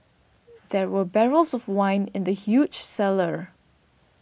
there were barrels of wine in the huge cellar